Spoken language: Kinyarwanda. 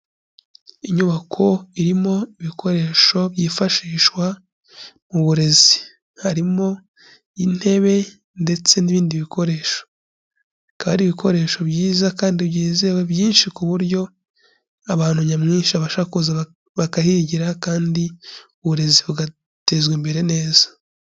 Inyubako irimo ibikoresho byifashishwa mu burezi, harimo intebe ndetse n'ibindi bikoresho, akaba ari ibikoresho byiza kandi byizewe byinshi ku buryo abantu nyamwinshi babasha kuza bakahigira kandi uburezi bugatezwa imbere neza.